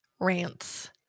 rants